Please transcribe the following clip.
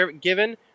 given